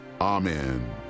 Amen